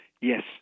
Yes